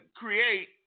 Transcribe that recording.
create